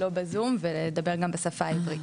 לא בזום ולדבר גם בשפה העברית.